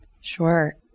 Sure